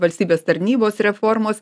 valstybės tarnybos reformos